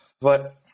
But-